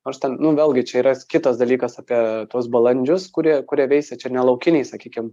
aš ten nu vėlgi čia yra kitas dalykas apie tuos balandžius kurie kurie veisia čia ne laukiniai sakykim